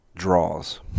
draws